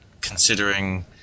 considering